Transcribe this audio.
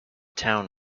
town